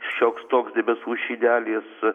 šioks toks debesų šydelis